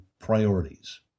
priorities